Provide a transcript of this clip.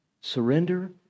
Surrender